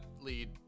lead